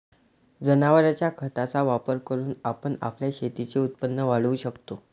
जनावरांच्या खताचा वापर करून आपण आपल्या शेतीचे उत्पन्न वाढवू शकतो